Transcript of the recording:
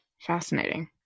Fascinating